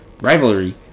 rivalry